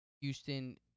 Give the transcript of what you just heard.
Houston